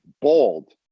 Bald